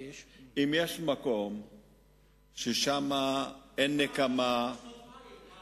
אם יש מקום ששם אין נקמה, מים.